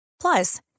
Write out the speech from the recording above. Plus